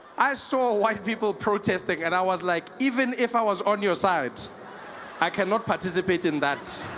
i saw white people protesting and i was like even if i was on your side i can not participate in that